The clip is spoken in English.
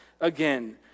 again